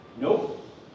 Nope